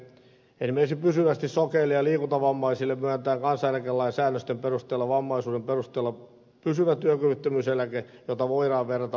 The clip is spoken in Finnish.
esimerkiksi pysyvästi sokeille ja liikuntavammaisille myönnetään kansaneläkelain säännösten perusteella vammaisuuden perusteella pysyvä työkyvyttömyyseläke jota voidaan verrata vammaistukeen